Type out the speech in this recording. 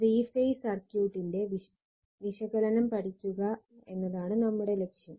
three phase സർക്യൂട്ടിന്റെ വിശകലനം പഠിക്കുക എന്നതാണ് നമ്മുടെ ലക്ഷ്യം